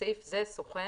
בסעיף זה "סוכן"